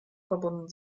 verbunden